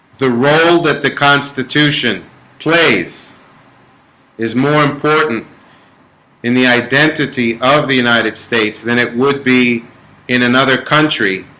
the role that the constitution plays is more important in the identity of the united states than it would be in another country